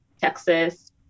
Texas